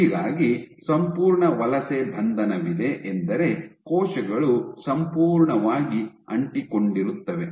ಹೀಗಾಗಿ ಸಂಪೂರ್ಣ ವಲಸೆ ಬಂಧನವಿದೆ ಎಂದರೆ ಕೋಶಗಳು ಸಂಪೂರ್ಣವಾಗಿ ಅಂಟಿಕೊಂಡಿರುತ್ತವೆ